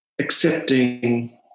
accepting